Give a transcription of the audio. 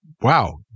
wow